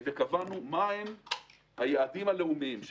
וקבענו מהם היעדים הלאומיים,